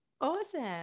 Awesome